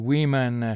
Women